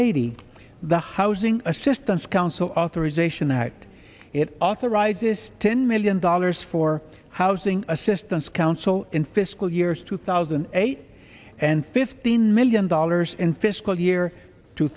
eighty the housing assistance council authorization act it authorizes ten million dollars for housing assistance council in fiscal years two thousand and eight and fifteen million dollars in fiscal year two